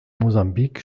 mosambik